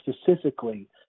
specifically